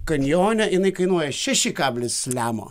kanjone jinai kainuoja šeši kablis lemo